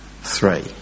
three